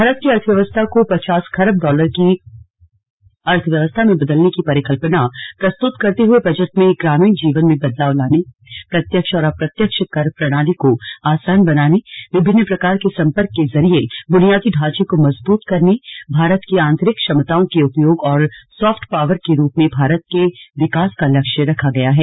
भारत की अर्थव्यवस्था को पचास खरब डॉलर की अर्थव्यवस्था में बदलने की परिकल्पना प्रस्तुत करते हुए बजट में ग्रामीण जीवन में बदलाव लाने प्रत्याक्ष और अप्रत्यक्ष कर प्रणाली को आसान बनाने विभिन्न प्रकार के संपर्क के जरिए बुनियादी ढांचे को मजबूत करने भारत की आंतरिक क्षमताओं के उपयोग और सॉफ्ट पावर के रूप में भारत के विकास का लक्ष्य रखा गया है